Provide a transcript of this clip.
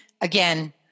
again